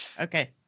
Okay